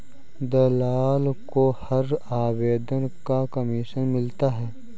दलाल को हर आवेदन का कमीशन मिलता है